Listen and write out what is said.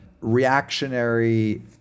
reactionary